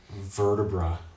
vertebra